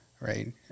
right